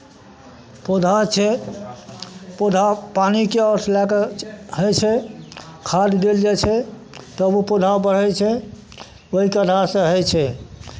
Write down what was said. पौधा छै पौधा पानिके लए कऽ होइ छै खाद देल जाइ छै तब ओ पौधा बढ़ै छै ओहि तरहसँ होइ छै